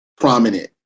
prominent